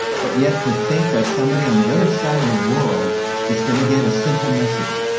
but yet to think that somebody on the other side of the world is gonna get a simple message,